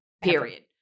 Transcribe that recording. period